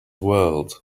world